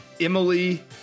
Emily